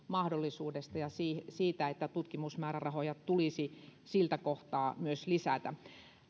mahdollisuudesta ja siitä että tutkimusmäärärahoja tulisi siltä kohtaa myös lisätä